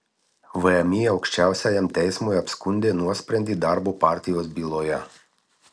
vmi aukščiausiajam teismui apskundė nuosprendį darbo partijos byloje